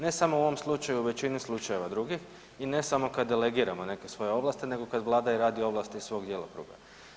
Ne samo u ovom slučaju, u većini slučajeva drugih i ne samo kad delegiramo neke svoje ovlasti nego kad Vlada i radi ovlasti iz svog djelokruga.